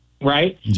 Right